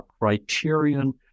criterion